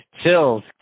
chills